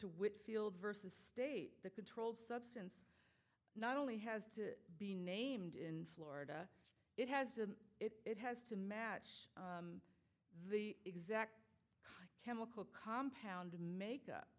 to whitfield versus state the controlled substance not only has to be named in florida it has to it has to match the exact local compound make up